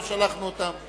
לא שלחנו אותם.